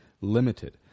limited